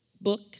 book